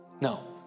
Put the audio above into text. No